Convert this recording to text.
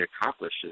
accomplishes